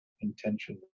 intention